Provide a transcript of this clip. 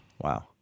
Wow